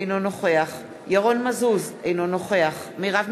אינו נוכח ירון מזוז, אינו נוכח מרב מיכאלי,